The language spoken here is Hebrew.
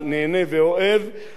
יש היום ביהודה ושומרון,